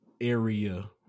area